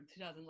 2011